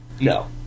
No